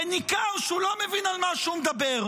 וניכר שהוא לא מבין על מה הוא מדבר.